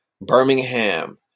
Birmingham